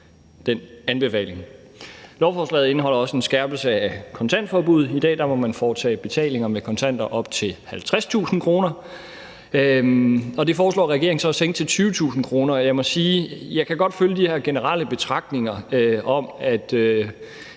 Lovforslaget indeholder også en skærpelse af kontantforbuddet. I dag må man foretage betalinger med kontanter op til 50.000 kr., og det foreslår regeringen så at sænke til 20.000 kr. Jeg må sige, at jeg godt kan følge de her generelle betragtninger om,